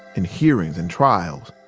in hearings and trials,